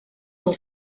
del